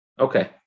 Okay